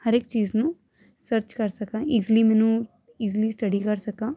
ਹਰ ਇੱਕ ਚੀਜ਼ ਨੂੰ ਸਰਚ ਕਰ ਸਕਾਂ ਈਜੀਲੀ ਮੈਨੂੰ ਇਜੀਲੀ ਸਟੱਡੀ ਕਰ ਸਕਾਂ